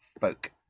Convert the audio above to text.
folk